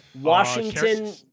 Washington